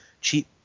cheap